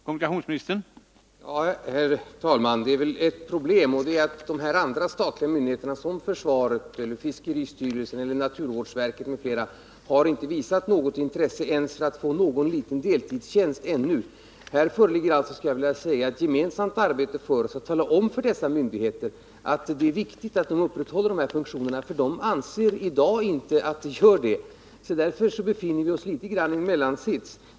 Herr talman! Det uppstår väl ett problem. De andra statliga myndigheterna — försvaret, fiskeristyrelsen, naturvårdsverket m.fl. — har inte visat något intresse ens för att få någon liten deltidstjänst ännu. Jag skulle vilja säga att här föreligger ett gemensamt arbete för oss att tala om för dessa myndigheter att det är viktigt att de upprätthåller dessa funktioner, för de anser i dag inte att det är så. Därför befinner vi oss i något av en mellansits.